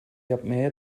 yapmaya